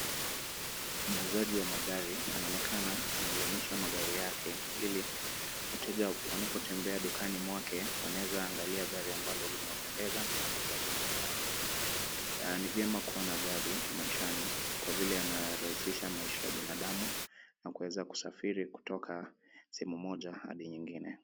Muuzaji wa magari anaonekana amelainisha magari yake ili wateja wanapotembea dukani mwake, wanaweza angalia gari ambalo limewapendeza na wanaweza linunua na ni vyema kuwa na gari maishani kwa vile yanarahisisha maisha ya binadamu na kuweza kusafiri kutoka sehemu moja hadi nyingine.